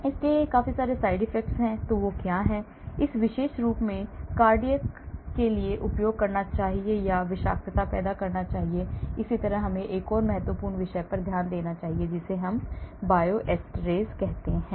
इसके side effects क्या हैं यह विशेष रूप से कार्डियक के लिए उपयोग करना चाहिए या विषाक्तता पैदा करना चाहिए और इसी तरह हमें एक और महत्वपूर्ण विषय पर ध्यान देना चाहिए जिसे Bioisosteres कहते हैं